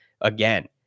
again